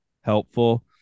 helpful